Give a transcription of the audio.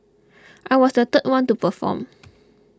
I was the third one to perform